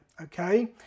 Okay